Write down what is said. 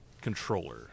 controller